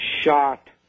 shot